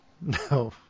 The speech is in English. no